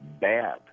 bad